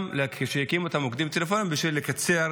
הקימו את המוקדים הטלפוניים כדי לקצר